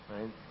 Right